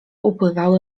upływały